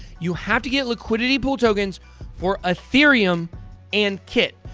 you have to get liquidity pool tokens for ethereum and kit.